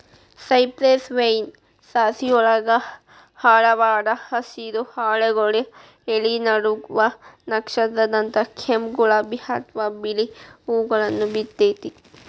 cypress vine ಸಸಿಯೊಳಗ ಆಳವಾದ ಹಸಿರು, ಹಾಲೆಗಳ ಎಲಿ ನಡುವ ನಕ್ಷತ್ರದಂತ ಕೆಂಪ್, ಗುಲಾಬಿ ಅತ್ವಾ ಬಿಳಿ ಹೂವುಗಳನ್ನ ಬಿಡ್ತೇತಿ